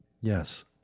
Yes